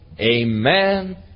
Amen